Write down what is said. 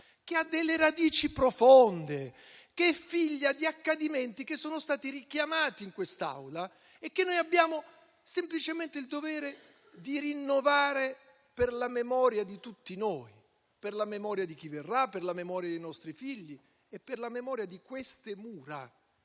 che ha radici profonde, che è figlia di accadimenti che sono stati richiamati in quest'Aula e che noi abbiamo semplicemente il dovere di rinnovare per la memoria di tutti noi, per la memoria di chi verrà, dei nostri figli, per la memoria di queste mura,